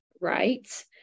right